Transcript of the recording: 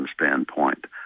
standpoint